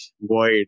void